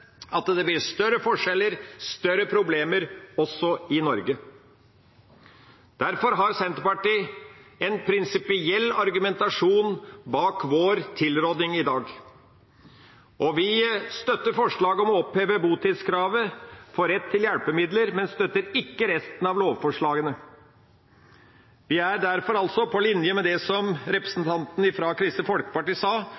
der det blir større forskjeller, og større problemer også i Norge. Derfor har Senterpartiet en prinsipiell argumentasjon bak vår tilråding i dag. Vi støtter forslaget om å oppheve botidskravet for rett til hjelpemidler, men støtter ikke resten av lovforslagene. Vi er derfor på linje med det